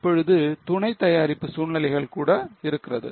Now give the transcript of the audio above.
இப்பொழுது துணை தயாரிப்பு சூழ்நிலைகள் கூட இருக்கிறது